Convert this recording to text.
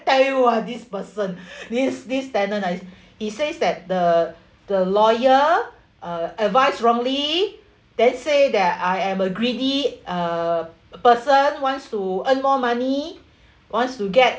tell you ah this person this this tenant ah he says that the the lawyer uh advised wrongly then say that I am a greedy uh person wants to earn more money wants to get